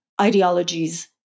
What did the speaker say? ideologies